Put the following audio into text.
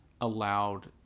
allowed